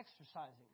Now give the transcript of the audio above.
exercising